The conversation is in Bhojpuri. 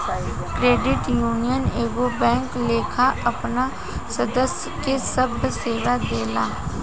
क्रेडिट यूनियन एगो बैंक लेखा आपन सदस्य के सभ सेवा देला